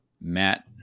Matt